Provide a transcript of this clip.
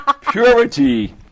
purity